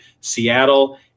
Seattle